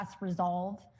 resolve